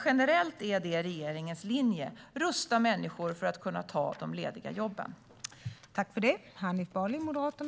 Generellt är regeringens linje att vi ska rusta människor för att de ska kunna ta de lediga jobben.